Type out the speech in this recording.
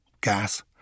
gas